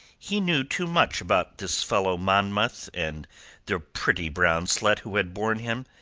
he knew too much about this fellow monmouth and the pretty brown slut who had borne him,